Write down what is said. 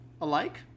alike